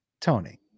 Tony